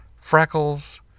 freckles